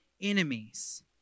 enemies